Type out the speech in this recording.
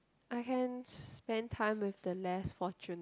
I can spend time with the less fortunate